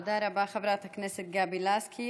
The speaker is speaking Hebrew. תודה רבה, חברת הכנסת גבי לסקי.